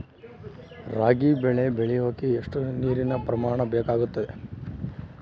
ರಾಗಿ ಬೆಳೆ ಬೆಳೆಯೋಕೆ ಎಷ್ಟು ನೇರಿನ ಪ್ರಮಾಣ ಬೇಕಾಗುತ್ತದೆ?